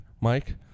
mike